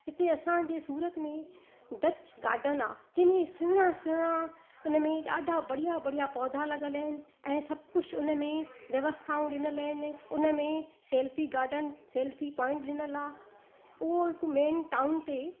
हिते असांजी सूरत में डच गाडन आहे जेमे सुहिणा सुहिणा उन में ॾाढा बढ़िया बढ़िया पौधा लॻल आहिनि ऐं सभु कुझु उन में व्यवस्थाऊं ॾिनियलु आहिनि उन में सेल्फी गाडन सेल्फी पोइंट ॾिनियलु आहे उहो हिकु मेन टाउन ते